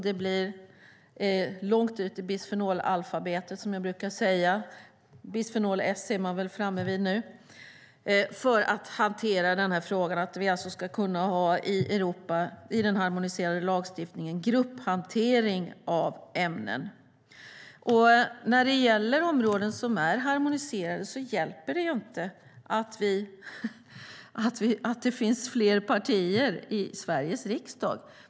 Jag brukar säga att det blir ett långt bisfenolalfabete - man är väl framme vid bisfenol S nu. Vi ska alltså kunna hantera denna fråga i Europas harmoniserade lagstiftning genom grupphantering av ämnen. När det gäller områden som är harmoniserade hjälper det inte att det finns fler partier i Sveriges riksdag.